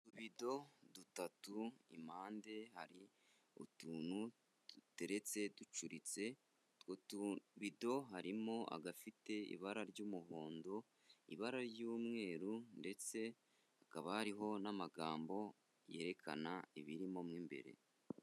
Utubido dutatu, impande hari utuntu duteretse ducuritse, utubido harimo agafite ibara ry'umuhondo, ibara ry'umweru ndetse hakaba hariho n'amagambo yerekana ibirimo mo imbere.